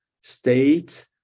state